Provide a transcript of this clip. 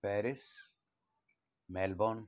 Paris Melbourne